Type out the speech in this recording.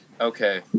Okay